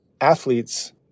athletes